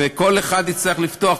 וכל אחד יצטרך לפתוח,